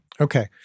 Okay